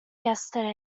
yesterday